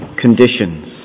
conditions